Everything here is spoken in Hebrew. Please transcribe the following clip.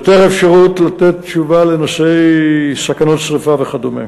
יותר אפשרות לתת תשובה לנושאי סכנות, שרפה וכדומה.